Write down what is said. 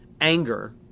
Anger